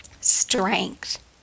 strength